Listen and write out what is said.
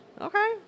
Okay